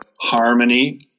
harmony